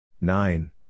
nine